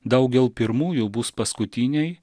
daugel pirmųjų bus paskutiniai